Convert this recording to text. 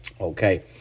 Okay